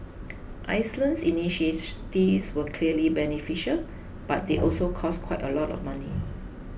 Iceland's initiatives were clearly beneficial but they also cost quite a bit of money